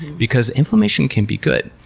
because inflammation can be good.